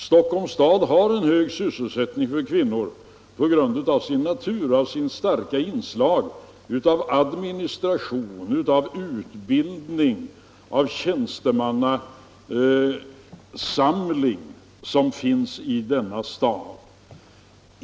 Stockholms stad har en hög sysselsättningsgrad för kvinnor på grund av det starka inslaget av administration, utbildning och andra tjänstemannauppgifter.